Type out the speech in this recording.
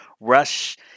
rush